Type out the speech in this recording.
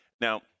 Now